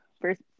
first